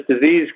disease